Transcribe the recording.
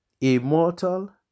immortal